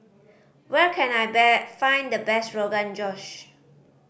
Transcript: where can I find the best Rogan Josh